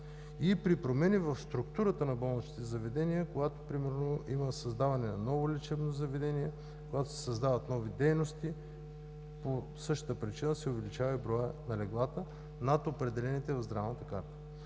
и при промени в структурата на болничните заведения, когато примерно има създаване на ново лечебно заведение, когато се създават нови дейности – по същата причини се увеличава броят на леглата над определените в Здравната карта.